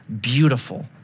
beautiful